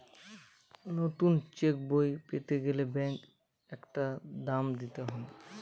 নতুন চেকবই পেতে গেলে ব্যাঙ্কে একটা দাম দিতে হয়